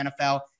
NFL